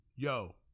Yo